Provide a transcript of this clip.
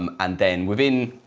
um and then within.